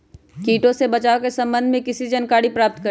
किटो से बचाव के सम्वन्ध में किसी जानकारी प्राप्त करें?